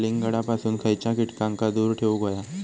कलिंगडापासून खयच्या कीटकांका दूर ठेवूक व्हया?